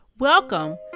Welcome